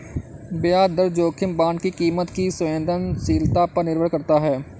ब्याज दर जोखिम बांड की कीमत की संवेदनशीलता पर निर्भर करता है